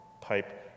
pipe